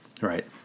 Right